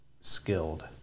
skilled